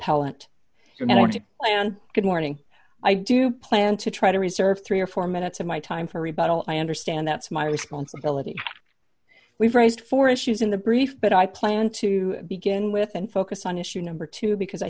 on good morning i do plan to try to reserve three or four minutes of my time for rebuttal i understand that's my responsibility we've raised four issues in the brief but i plan to begin with and focus on issue number two because i